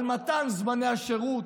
על מתן זמני השירות,